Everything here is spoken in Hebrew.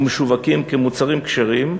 ומשווקים כמוצרים כשרים,